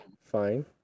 fine